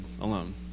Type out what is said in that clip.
alone